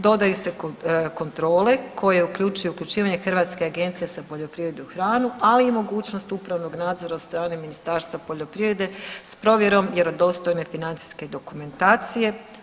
Dodaju se kontrole koje uključuju uključivanje Hrvatske agencije za poljoprivredu i hranu, ali i mogućnost upravnog nadzora od strane Ministarstva poljoprivrede s provjerom vjerodostojne financijske dokumentacije.